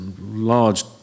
large